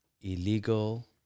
illegal